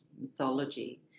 Mythology